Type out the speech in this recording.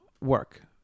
work